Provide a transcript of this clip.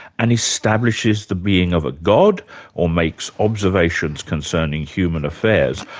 and establishes the being of a god or makes observations concerning human affairs.